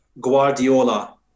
Guardiola